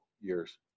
years